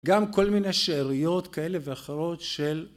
גם כל מיני שאריות כאלה ואחרות של...